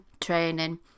training